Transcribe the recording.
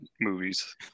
movies